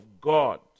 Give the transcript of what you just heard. God